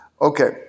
Okay